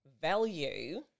value